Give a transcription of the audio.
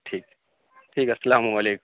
ٹھیک ٹھیک ہے السلام علیک